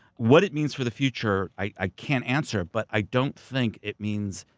what it means for the future, i can't answer. but i don't think it means,